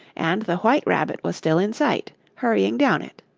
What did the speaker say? and the white rabbit was still in sight, hurrying down it.